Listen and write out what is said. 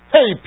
Hey